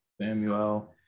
Samuel